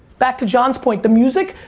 back to john's point, the music.